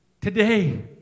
Today